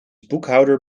boekhouder